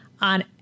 on